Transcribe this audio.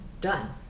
done